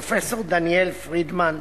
פרופסור דניאל פרידמן,